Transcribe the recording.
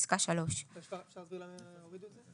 אפשר להסביר למה להוריד את זה?